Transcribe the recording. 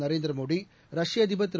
நரேந்திர மோடி ரஷ்ய அதிபர் திரு